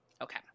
Okay